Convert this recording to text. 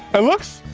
it looks,